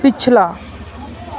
ਪਿਛਲਾ